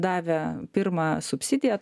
davė pirmą subsidiją